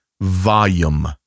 volume